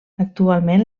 actualment